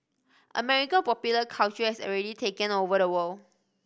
American popular culture has already taken over the world